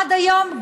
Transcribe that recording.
עד היום,